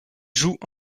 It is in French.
joue